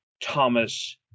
Thomas